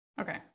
okay